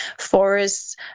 forests